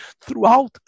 throughout